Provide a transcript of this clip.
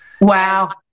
wow